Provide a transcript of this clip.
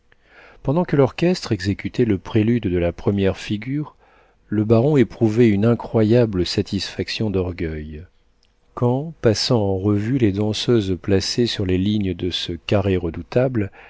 pendant que l'orchestre exécutait le prélude de la première figure le baron éprouvait une incroyable satisfaction d'orgueil quand passant en revue les danseuses placées sur les lignes de ce carré redoutable